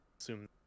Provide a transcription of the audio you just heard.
assume